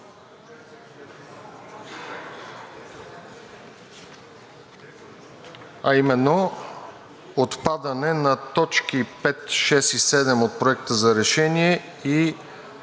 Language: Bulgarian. а именно отпадане на т. 5, 6 и 7 от Проекта за решение и